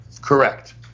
Correct